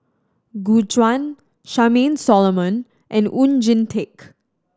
Gu Juan Charmaine Solomon and Oon Jin Teik